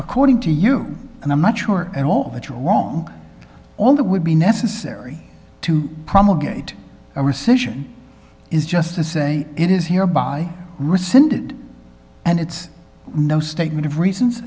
according to you and i'm not sure at all that you along all that would be necessary to promulgated a recession is just to say it is here by rescinded and it's no statement of reasons